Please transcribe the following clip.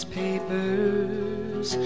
papers